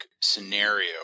scenario